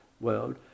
world